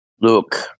Look